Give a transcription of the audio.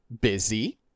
busy